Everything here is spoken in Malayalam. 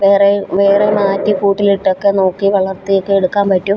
വേറെ വേറെ മാറ്റി കൂട്ടിൽ ഇട്ടൊക്കെ നോക്കി വളർത്തിയൊക്കെ എടുക്കാൻ പറ്റും